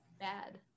bad